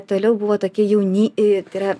toliau buvo tokie jauni e tai yra